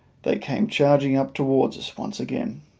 they came charging up towards us once again.